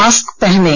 mask पहनें